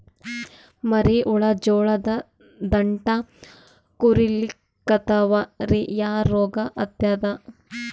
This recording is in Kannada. ಮರಿ ಹುಳ ಜೋಳದ ದಂಟ ಕೊರಿಲಿಕತ್ತಾವ ರೀ ಯಾ ರೋಗ ಹತ್ಯಾದ?